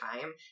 time